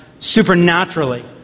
supernaturally